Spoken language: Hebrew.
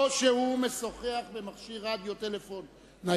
או שהוא משוחח במכשיר רדיו-טלפון-נייד,